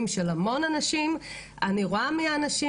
של המון אנשים אני רואה מי האנשים.